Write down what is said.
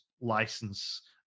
license